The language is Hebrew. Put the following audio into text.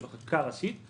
זה בחקיקה הראשית,